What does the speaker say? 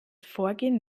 vorgehen